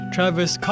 Travis